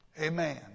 Amen